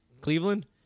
Cleveland